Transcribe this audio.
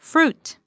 Fruit